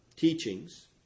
teachings